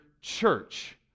church